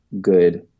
good